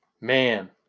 Man